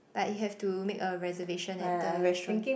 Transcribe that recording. but you have to make a reservation at the restaurant